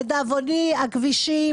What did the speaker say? לדאבוני הכבישים,